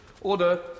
Order